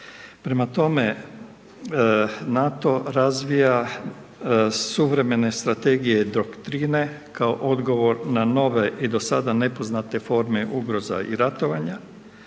Prema tome, NATO razvija suvremene strategije doktrine kao odgovor na nove i dosada nepoznate forme ugroza i ratovanja,